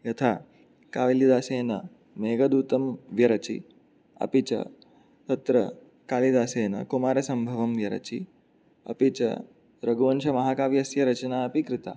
यथा कालिदासेन मेघदूतं व्यरचि अपि च तत्र कालिदासेन कुमारसम्भवं व्यरचि अपि च रघुवंशमहाकाव्यस्य रचनापि कृता